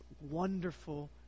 wonderful